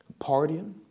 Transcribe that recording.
partying